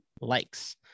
likes